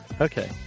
Okay